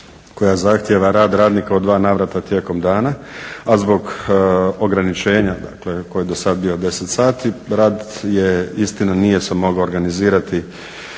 koja zahtijeva rad radnika u dva navrata tijekom dana, a zbog ograničenja koji je dosad bio 10 sati rad istina nije se mogao organizirati